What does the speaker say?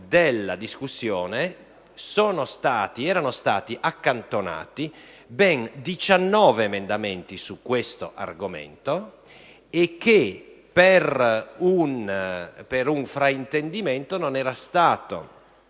nel corso della discussione erano stati accantonati ben 19 emendamenti su questo argomento e che per un fraintendimento non era stato